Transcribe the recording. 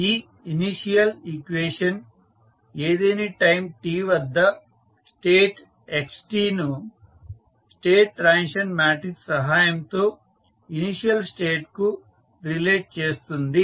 ఈ initial equation ఏదేని time t వద్ద స్టేట్ xt ను స్టేట్ ట్రాన్సిషన్ మాట్రిక్స్ సహాయంతో ఇనీషియల్ స్టేట్ కు రిలేట్ చేస్తుంది